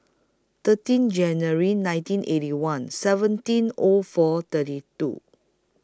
thirteen January nineteen Eighty One seventeen O four thirty two